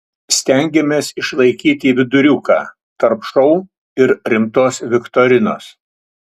stengėmės išlaikyti viduriuką tarp šou ir rimtos viktorinos